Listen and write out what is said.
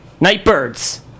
Nightbirds